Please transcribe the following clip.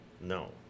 No